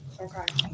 Okay